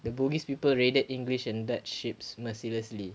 the bugis people raided english and dutch ships mercilessly